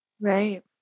Right